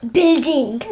Building